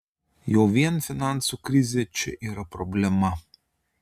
jau vien finansų krizė čia yra problema